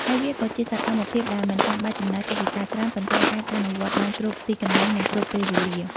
ហើយវាក៏ជាសកម្មភាពដែលមិនចាំបាច់ចំណាយថវិកាច្រើន ប៉ុន្តែអាចអនុវត្តបានគ្រប់កន្លែង និងគ្រប់ពេលវេលា។